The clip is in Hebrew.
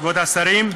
כבוד השרים,